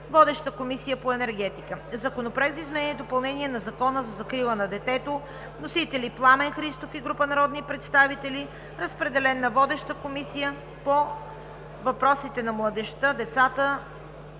Водеща е Комисията по енергетика. Законопроект за изменение и допълнение на Закона за закрила на детето. Вносители – Пламен Христов и група народни представители. Разпределен е на водещата Комисия по въпросите на децата, младежта